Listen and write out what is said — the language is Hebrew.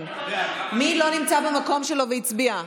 מי לא נמצא במקום שלו והצביע?